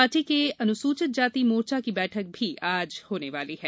party के अनुसूचित जाति मोर्चा की बैठक भी आज होने वाली है